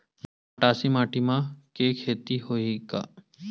मटासी माटी म के खेती होही का?